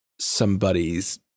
somebody's